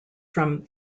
from